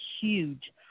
huge